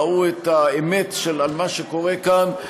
ראו את האמת על מה שקורה כאן,